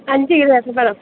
അഞ്ച് കിലോ ഏത്തപ്പഴം